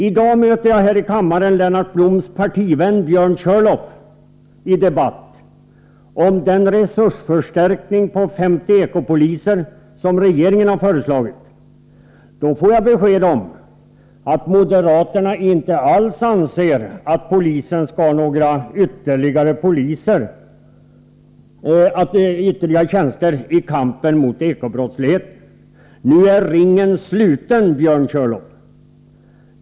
I dag möter jag här i kammaren Lennart Bloms partivän Björn Körlof i debatt om den resursförstärkning med 50 Eko-poliser som regeringen har föreslagit. Då får jag besked om att moderaterna anser att polisen inte alls skall ha några nya tjänster i kampen mot Eko-brottsligheten. Nu är ringen sluten, Björn Körlof.